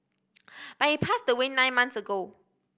but he passed away nine months ago